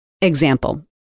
Example